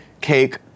cake